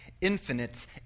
infinite